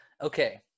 Okay